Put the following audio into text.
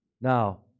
Now